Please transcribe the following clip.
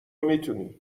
میتونی